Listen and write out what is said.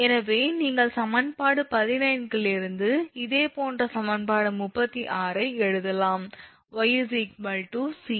எனவே நீங்கள் சமன்பாடு 15 ல் இருந்து இதே போன்ற சமன்பாடு 36 ஐ எழுதலாம் 𝑦𝑐cosh𝑥𝑐𝐾1